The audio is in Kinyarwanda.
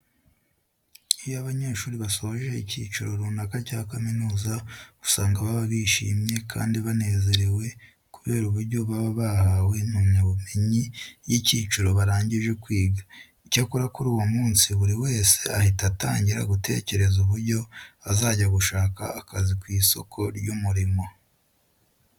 Iyo abanyeshuri basoje ikiciro runaka cya kaminuza usanga baba bishimye kandi banezerewe kubera uburyo baba bahawe impamyabumenyi y'icyiciro baragije kwiga. Icyakora kuri uwo munsi buri wese ahita atangira gutekereza uburyo azajya gushaka akazi ku isoko ry'umurimo.